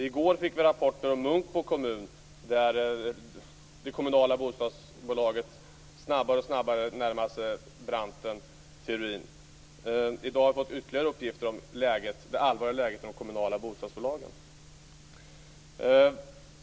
I går fick vi rapporter om Munkedals kommun där det kommunala bostadsbolaget snabbare och snabbare närmar sig ruinens brant. I dag har vi fått ytterligare uppgifter om det allvarliga läget i de kommunala bostadsbolagen.